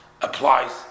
applies